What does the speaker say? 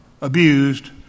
abused